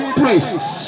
priests